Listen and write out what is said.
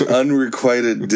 unrequited